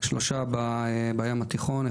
שלושה בים התיכון,